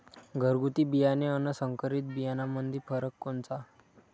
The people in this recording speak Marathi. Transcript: घरगुती बियाणे अन संकरीत बियाणामंदी फरक कोनचा?